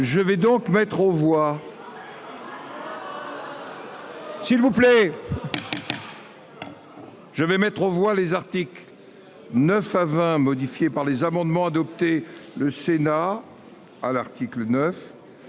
Je vais donc mettre au revoir. S'il vous plaît. Je vais mettre aux voix les Arctic 9 à 20, modifié par les amendements adoptés le Sénat. À l'article 9.